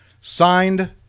Signed